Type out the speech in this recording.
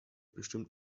bestimmt